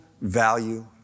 value